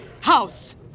house